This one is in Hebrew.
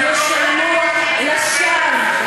הם ישלמו לשווא,